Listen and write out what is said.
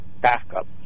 backup